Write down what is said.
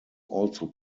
also